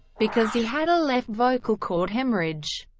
because he had a left vocal chord haemorrhage.